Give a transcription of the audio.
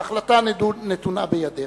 ההחלטה נתונה בידך.